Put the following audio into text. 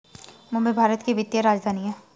मुंबई भारत की वित्तीय राजधानी है